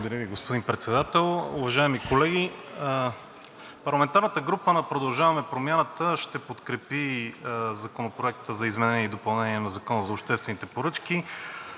Благодаря Ви, господин Председател. Уважаеми колеги, парламентарната група на „Продължаваме Промяната“ ще подкрепи Законопроекта за изменение и допълнение на Закона за обществените поръчки